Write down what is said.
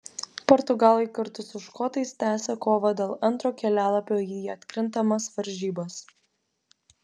portugalai kartu su škotais tęsią kovą dėl antro kelialapio į atkrintamas varžybas